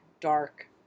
dark